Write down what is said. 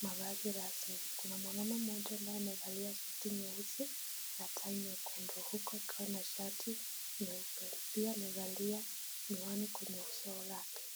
mavazi rasmi. Kuna mwanaume mmoja ambaye amevalia suti nyesi na tai nyekundu huku akiwa na shati nyeupe. Pia amevalia miwani kwenye uso lake.